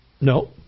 No